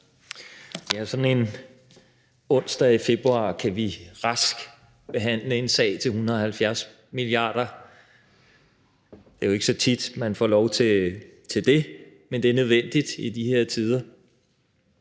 Sådan en torsdag i februar kan vi rask behandle en sag til 170 mia. kr.; det er jo ikke så tit, at man får lov til det, men det er nødvendigt i de her tider.